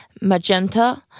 magenta